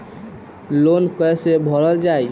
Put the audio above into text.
Loan कैसे भरल जाइ?